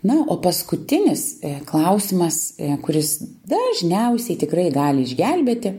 na o paskutinis klausimas kuris dažniausiai tikrai gali išgelbėti